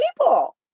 people